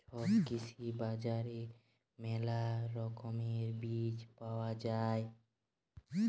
ছব কৃষি বাজারে মেলা রকমের বীজ পায়া যাই